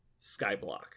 Skyblock